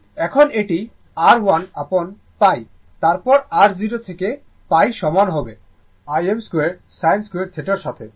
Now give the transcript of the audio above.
এখন এটি r 1 upon π তারপর r 0 থেকে π সমান হবে Im2sin2θ এর সাথে